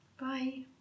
Bye